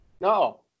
No